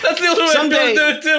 Someday